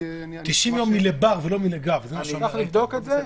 אני צריך לבדוק את זה.